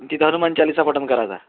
तिथं हनुमान चालीसा पठन करायची